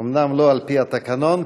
אומנם לא על-פי התקנון,